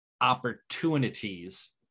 opportunities